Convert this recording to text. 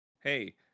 hey